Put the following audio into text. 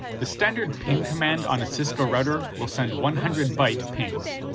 the standard ping command on a cisco router will send one hundred byte pings,